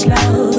Love